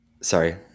Sorry